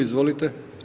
Izvolite.